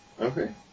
Okay